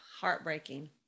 heartbreaking